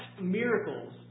miracles